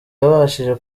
yabashije